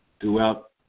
Throughout